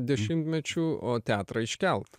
dešimtmečių o teatrą iškelt